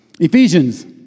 Ephesians